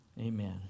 Amen